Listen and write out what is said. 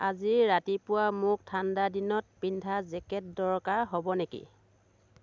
আজি ৰাতিপুৱা মোক ঠাণ্ডা দিনত পিন্ধা জেকেটৰ দৰকাৰ হ'ব নেকি